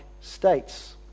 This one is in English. states